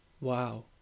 wow